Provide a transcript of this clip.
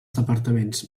departaments